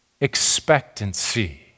expectancy